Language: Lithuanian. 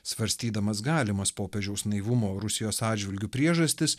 svarstydamas galimas popiežiaus naivumo rusijos atžvilgiu priežastis